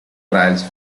trials